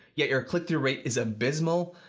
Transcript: yet your click-through rate is abysmal,